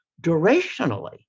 durationally